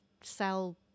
sell